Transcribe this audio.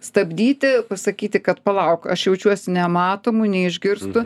stabdyti pasakyti kad palauk aš jaučiuos nematomu neišgirstu